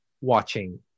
watching